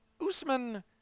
Usman